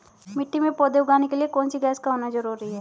मिट्टी में पौधे उगाने के लिए कौन सी गैस का होना जरूरी है?